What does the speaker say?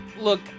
Look